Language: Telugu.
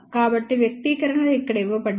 కాబట్టి వ్యక్తీకరణలు ఇక్కడ ఇవ్వబడ్డాయి